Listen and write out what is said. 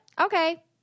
Okay